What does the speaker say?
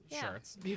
shirts